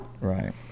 Right